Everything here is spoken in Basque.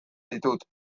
ditut